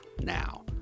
now